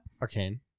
Arcane